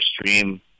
stream